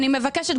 אני מבקשת,